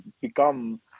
become